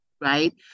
right